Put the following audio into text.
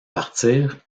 partir